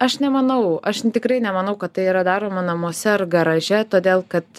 aš nemanau aš n tikrai nemanau kad tai yra daroma namuose ar garaže todėl kad